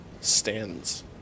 stands